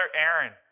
Aaron